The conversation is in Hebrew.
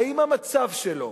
האם המצב שלו